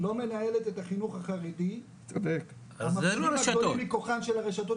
לא מנהלת את החינוך החרדי מכוחן של הרשתות